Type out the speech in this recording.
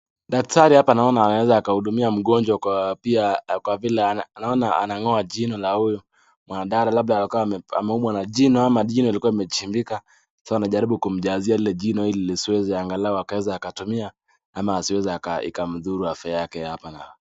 Daktari hapa naona anaweza akahudumia mgonjwa kwa pia kwa vile anaona anang'oa jino la huyu mwanadada, labda alikuwa ameumwa na jino ama jino ilikuwa imechimbika. So , anajaribu kumjazia lile jino ili lisiweze angalau akaweza akatumia ama asiweze ikamdhuru afya yake hapa na.